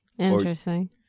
Interesting